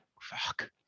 Fuck